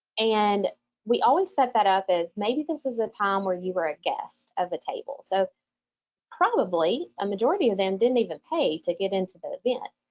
and we always set that up as maybe this is a time where you were a guest of the table. so probably a majority of them didn't even pay to get into the event.